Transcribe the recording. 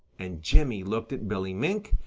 and jimmy looked at billy mink,